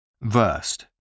Versed